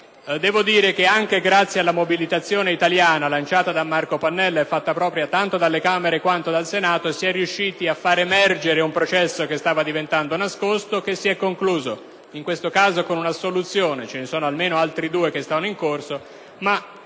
quel Paese. Anche grazie alla mobilitazione italiana lanciata da Marco Pannella, fatta propria tanto dalla Camera quanto dal Senato, si e riusciti a far emergere un processo che stava diventando nascosto e che si econcluso, in questo caso, con l’assoluzione (almeno altri due processi sono ancora